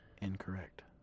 Incorrect